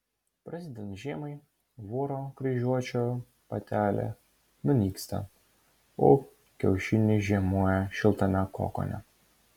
prasidedant žiemai voro kryžiuočio patelė nunyksta o kiaušiniai žiemoja šiltame kokone